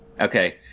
Okay